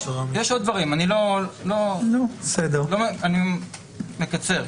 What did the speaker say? יש עוד דברים, אני מקצר.